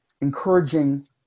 encouraging